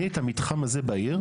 אני את המתחם הזה בעיר,